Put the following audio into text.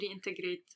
reintegrate